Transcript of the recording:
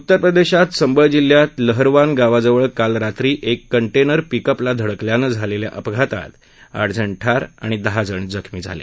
उत्तर प्रदेशात संबळ जिल्ह्यात लहरवान गावाजवळ काल रात्री एक कंटेनर पीकअपला धडकल्यानं झालेल्या अपघातात आठजण ठार आणि दहाजण जखमी झाले